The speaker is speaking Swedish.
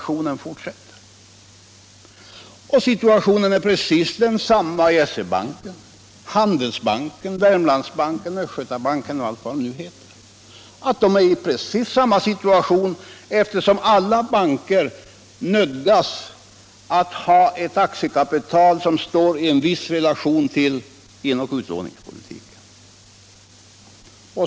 Situationen är precis densamma i SE-banken, Handelsbanken, Wermlandsbanken, Östgötabanken och allt vad de heter. De är i precis samma situation, eftersom alla banker nödgas ha ett aktiekapital som står i en viss relation till inoch utlåningspolitiken.